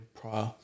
prior